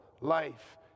life